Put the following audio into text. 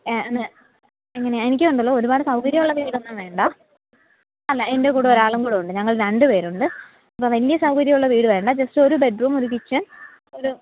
അങ്ങനെ എനിക്ക് ഉണ്ടല്ലോ ഒരുപാട് സൗകര്യമുള്ള വീടൊന്നും വേണ്ട അല്ല എൻ്റെ കൂടെ ഒരാളും കൂടെയുണ്ട് ഞങ്ങൾ രണ്ടു പേരുണ്ട് അപ്പം വലിയ സൗകര്യമുള്ള വീട് വേണ്ട ജസ്റ്റ് ഒരു ബെഡ്റൂം ഒരു കിച്ചൺ ഒരു